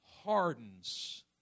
hardens